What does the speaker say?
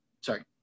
sorry